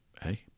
hey